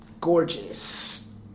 gorgeous